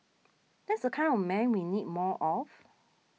that's the kind of man we need more of